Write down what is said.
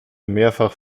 mehrfach